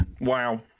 Wow